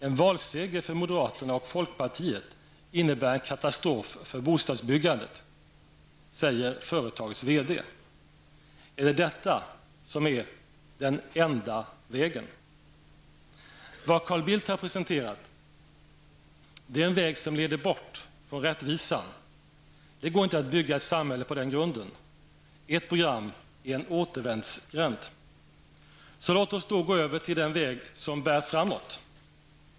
En valseger för moderaterna och folkpartiet innebär en katastrof för bostadsbyggandet, säger företagets VD. Är det detta som är den enda vägen? Vad Carl Bildt har presenterat är en väg som leder bort från rättvisan. Det går inte att bygga ett samhälle på den grunden. Ert program är en återvändsgränd. Så låt oss då gå över till den väg som bär framåt.